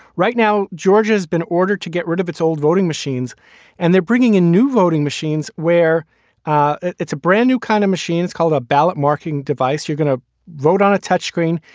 right now, georgia has been ordered to get rid of its old voting machines and they're bringing in new voting machines where ah it's a brand new kind of machines called a a ballot marking device. you're going to vote on a touchscreen.